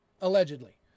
allegedly